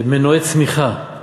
מנועי צמיחה.